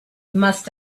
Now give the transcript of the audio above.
must